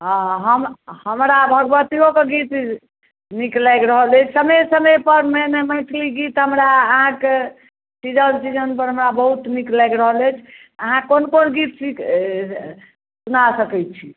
हँ हम हमरा भगवतियोके गीत नीक लागि रहल अछि समय समय पर मेन अछि मैथिली गीत हमरा अहाँकेँ सीजन सीजन पर हमरा बहुत नीक लागि रहल अछि अहाँ कोन कोन गीत सी सुना सकैत छी